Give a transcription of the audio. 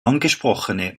angesprochene